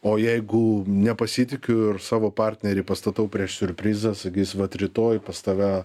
o jeigu nepasitikiu ir savo partnerį pastatau prieš siurprizą sakys vat rytoj pas tave